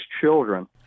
children